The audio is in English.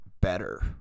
better